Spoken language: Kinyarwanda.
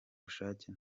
bushake